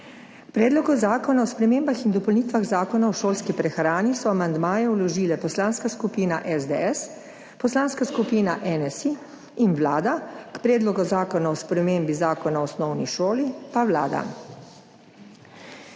Predlogu zakona o spremembah in dopolnitvah Zakona o šolski prehrani so amandmaje vložile Poslanska skupina SDS, Poslanska skupina NSi in Vlada, k Predlogu zakona o spremembi Zakona o osnovni šoli pa Vlada.